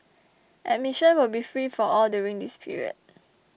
admission will be free for all during this period